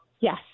Yes